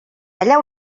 allà